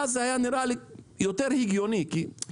ואז זה היה נראה לי יותר הגיוני, כי בסוף